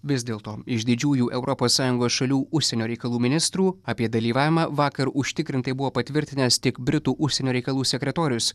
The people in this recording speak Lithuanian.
vis dėlto iš didžiųjų europos sąjungos šalių užsienio reikalų ministrų apie dalyvavimą vakar užtikrintai buvo patvirtinęs tik britų užsienio reikalų sekretorius